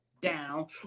down